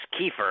Kiefer